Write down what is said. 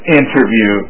interview